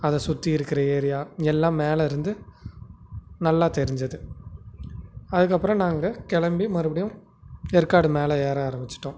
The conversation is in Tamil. அத சுற்றி இருக்கிற ஏரியா எல்லாம் மேலேருந்து நல்லா தெரிஞ்சுது அதுக்கப்புறம் நாங்கள் கிளம்பி மறுபடியும் ஏற்காடு மேலே ஏற ஆரமிச்சுட்டோம்